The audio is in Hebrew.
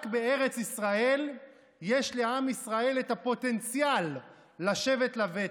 רק בארץ ישראל יש לעם ישראל את הפוטנציאל לשבת לבטח.